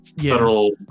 Federal